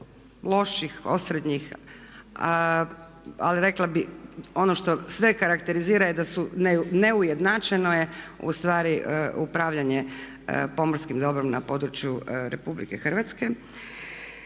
loših, osrednjih ali rekla bih ono što sve karakterizira da su, neujednačeno je ustvari upravljanje pomorskim dobrom na području RH.